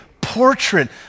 portrait